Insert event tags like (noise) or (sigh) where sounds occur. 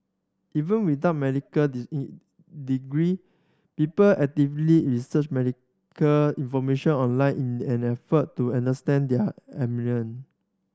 even without medical (unintelligible) degree people actively research medical information online in an effort to understand their ailment